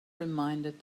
reminded